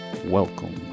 Welcome